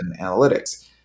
analytics